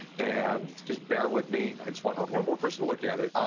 and just bear with me. i just want one more person to look at it.